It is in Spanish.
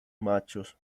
machos